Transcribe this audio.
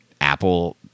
Apple